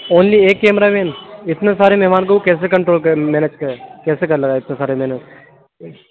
only ایک camera مین اتنے سارے مہمان کو کیسے کنٹرول کر مینیج کر کیسے کرنا ہے اتنے سارے مینیج